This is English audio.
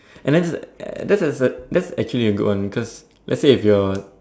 and then that's the that's actually a good one cause let's say if you're